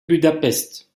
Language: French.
budapest